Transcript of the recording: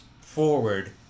forward